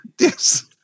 yes